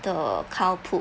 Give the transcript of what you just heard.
the cow poo